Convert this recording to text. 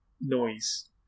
noise